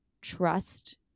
trust